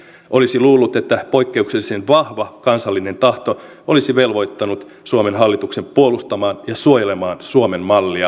olisi luullut että poikkeuksellisen vahva kansallinen tahto olisi velvoittanut suomen hallituksen puolustamaan ja suojelemaan suomen mallia